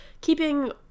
keeping